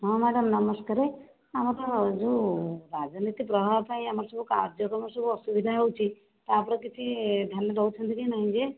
ହଁ ମ୍ୟାଡ଼ାମ୍ ନମସ୍କାର ଆମର ଯେଉଁ ରାଜନୀତି ପ୍ରଭାବ ପାଇଁ ଆମର ସବୁ କାର୍ଯ୍ୟକ୍ରମ ସବୁ ଅସୁବିଧା ହେଉଛି ତା' ଉପରେ କିଛି ଧ୍ୟାନ ଦେଉଛନ୍ତି କି ନାହିଁ ଯେ